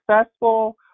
successful